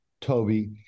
Toby